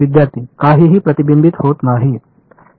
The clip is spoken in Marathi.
विद्यार्थीः काहीही प्रतिबिंबित होत नाही